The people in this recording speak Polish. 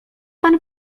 pan